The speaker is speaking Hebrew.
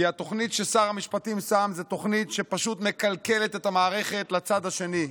כי התוכנית ששר המשפטים שם זו תוכנית שפשוט מקלקלת את המערכת לצד השני.